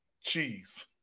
cheese